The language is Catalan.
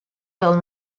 del